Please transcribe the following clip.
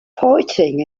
fighting